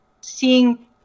seeing